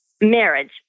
Marriage